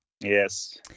Yes